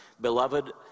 beloved